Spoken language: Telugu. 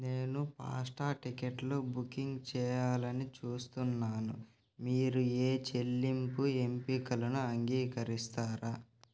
నేను ఫాస్ట్ టిక్కెట్లో బుకింగ్ చేయాలని చూస్తున్నాను మీరు ఏ చెల్లింపు ఎంపికలను అంగీకరిస్తారా